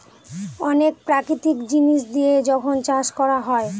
অনেক প্রাকৃতিক জিনিস দিয়ে যখন চাষ করা হয়